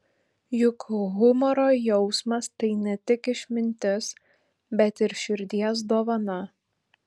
juk humoro jausmas tai ne tik išmintis bet ir širdies dovana